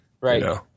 Right